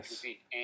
yes